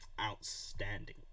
outstanding